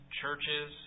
churches